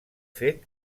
fet